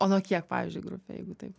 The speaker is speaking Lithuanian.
o nuo kiek pavyzdžiui grupė jeigu taip